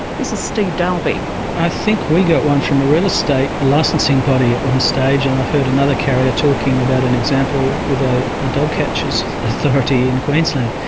steve dalby i think we got one from a real estate licensing body at one stage, and i've heard another carrier talking about an example with a a dogcatchers' authority in queensland.